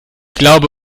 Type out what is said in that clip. glaube